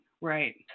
right